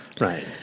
Right